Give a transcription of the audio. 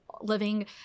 living